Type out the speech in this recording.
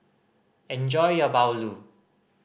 enjoy your bahulu